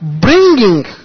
bringing